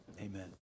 amen